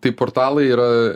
tai portalai yra